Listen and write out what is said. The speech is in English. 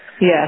Yes